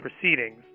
proceedings